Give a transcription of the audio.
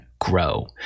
grow